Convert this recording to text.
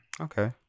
Okay